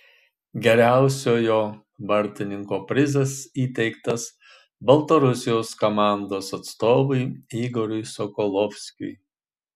geriausiojo vartininko prizas įteiktas baltarusijos komandos atstovui igoriui sokolovskiui